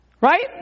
Right